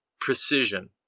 precision